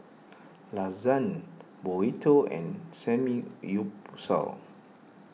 Lasagne Burrito and Samgyeopsal